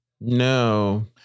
No